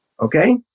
okay